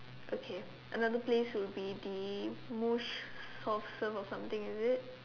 okay another place would be the mosh soft serve or something is it